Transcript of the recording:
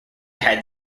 had